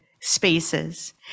spaces